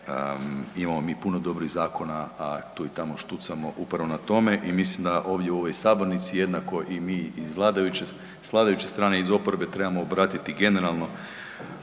Imamo mi puno dobrih zakona, a tu i tamo štucamo upravo na tome i mislim da ovdje u ovoj sabornici jednako i mi s vladajuće strane i iz oporbe trebamo obratiti generalno